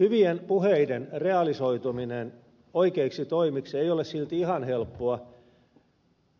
hyvien puheiden realisoituminen oikeiksi toimiksi ei ole silti ihan helppoa